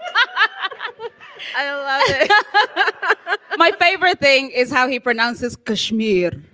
and ah like but my favorite thing is how he pronounces cashmere